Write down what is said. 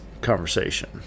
conversation